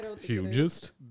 Hugest